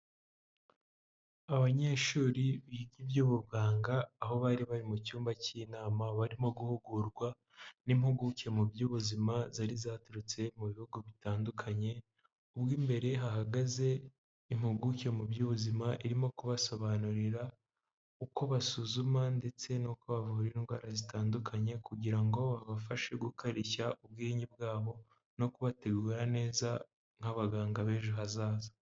Abanyeshuri biga iby'ubuganga aho bari bari mu cyumba cy'inama barimo guhugurwa n'impuguke mu by'ubuzima zari zaturutse mu bihugu bitandukanye, mo imbere hahagaze impuguke mu by'ubuzima irimo kubasobanurira uko basuzuma ndetse n'uko bavura indwara zitandukanye kugira ngo babafashe gukarishya ubwenge bwabo no kubategura neza nk'abaganga b'ejo hazaza.